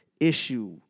issue